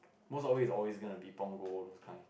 most of it is always gonna be Punggol all those kind